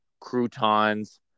croutons